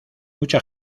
mucha